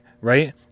Right